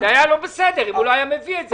זה היה לא בסדר אם הוא לא היה מביא את זה.